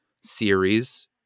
series